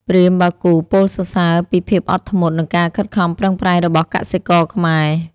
ព្រាហ្មណ៍បាគូពោលសរសើរពីភាពអត់ធ្មត់ និងការខិតខំប្រឹងប្រែងរបស់កសិករខ្មែរ។